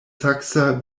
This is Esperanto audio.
saksa